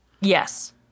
Yes